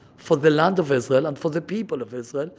for the land of israel and for the people of israel.